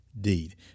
deed